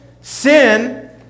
sin